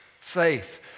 Faith